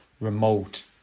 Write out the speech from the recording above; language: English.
remote